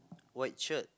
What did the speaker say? white shirt